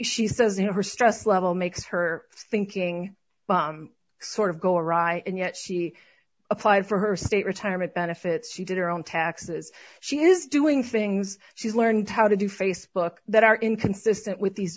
she says her stress level makes her thinking sort of go awry and yet she applied for her state retirement benefits she did her own taxes she is doing things she's learned how to do facebook that are inconsistent with these